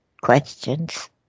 questions